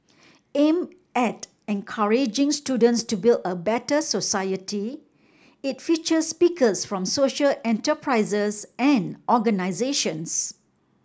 aim at encouraging students to build a better society it features speakers from social enterprises and organisations